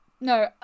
no